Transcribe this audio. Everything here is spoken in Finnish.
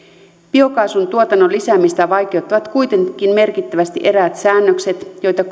biokaasun tuotannon lisäämistä vaikeuttavat kuitenkin merkittävästi eräät säännökset joita